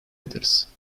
ederiz